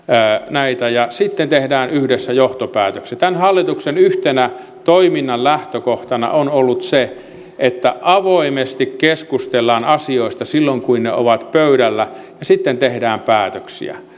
näitä ja sitten tehdään yhdessä johtopäätökset tämän hallituksen yhtenä toiminnan lähtökohtana on ollut se että avoimesti keskustellaan asioista silloin kun ne ovat pöydällä ja sitten tehdään päätöksiä